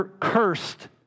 cursed